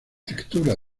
textura